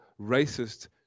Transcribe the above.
racist